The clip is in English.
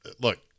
Look